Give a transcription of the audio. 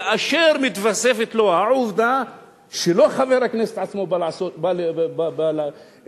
כאשר מתווספת לו העובדה שלא חבר הכנסת עצמו בא לפרוש,